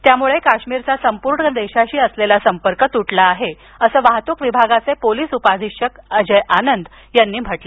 त्यामुळं काश्मीरचा संपूर्ण देशाशी संपर्क तुटला आहे असं वाहतूक विभागाचे पोलीस उपाधीक्षक अजय आनंद यांनी सांगितलं